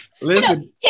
Listen